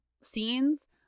scenes